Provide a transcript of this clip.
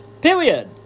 Period